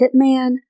Hitman